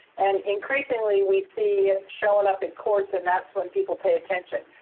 and increasingly, we see it showing up in courts, and that's when people pay attention.